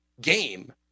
game